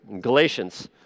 Galatians